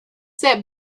that